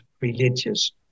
religious